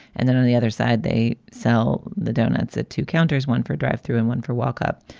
and then on the other side, they sell the doughnuts at two counters, one four drive through and one four walkup.